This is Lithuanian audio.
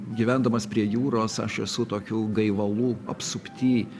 gyvendamas prie jūros aš esu tokių gaivalų apsupty